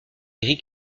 gris